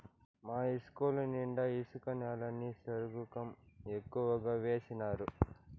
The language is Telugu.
మా ఇస్కూలు నిండా ఇసుక నేలని సరుగుకం ఎక్కువగా వేసినారు